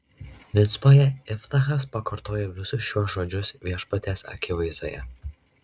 micpoje iftachas pakartojo visus šiuos žodžius viešpaties akivaizdoje